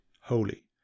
holy